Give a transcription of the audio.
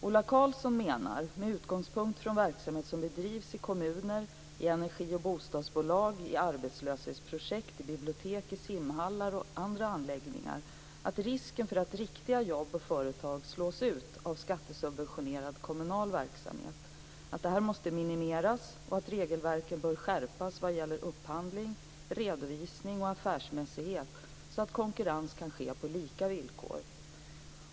Ola Karlsson menar, med utgångspunkt från verksamhet som bedrivs av kommuner i energi och bostadsbolag, i arbetslöshetsprojekt, i bibliotek, i simhallar och andra anläggningar, att risken för att riktiga jobb och företag slås ut av skattesubventionerad kommunal näringsverksamhet måste minimeras och att regelverken bör skärpas vad gäller upphandling, redovisning och affärsmässighet så att konkurrens kan ske på lika villkor.